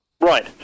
Right